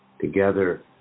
together